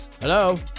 Hello